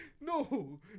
no